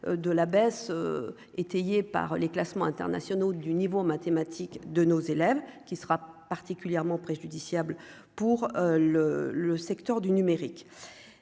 de la baisse étayée par les classements internationaux du niveau en mathématiques de nos élèves qui sera particulièrement préjudiciable pour le le secteur du numérique,